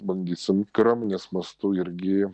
bandysim kariuomenės mastu irgi